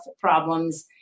problems